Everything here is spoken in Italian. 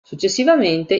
successivamente